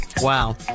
Wow